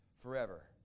forever